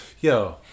Yo